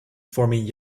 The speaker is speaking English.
forming